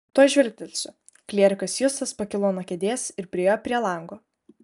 tuoj žvilgtelsiu klierikas justas pakilo nuo kėdės ir priėjo prie lango